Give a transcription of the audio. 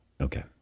Okay